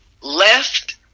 left